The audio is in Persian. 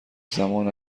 زمان